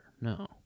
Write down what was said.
No